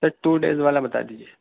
سر two days والا بتا دیجیے